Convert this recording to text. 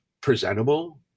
presentable